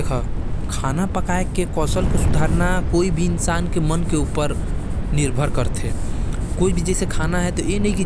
नही! पकाये बर तकनीक के जरूरत नही होथे, मन सही होना चाही। तब खाना पक जाहि, अगर तै सही से खाना बनाबे तो तोके कोई भी